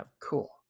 Cool